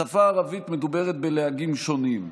השפה הערבית מדוברת בלהגים שונים,